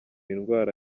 indwara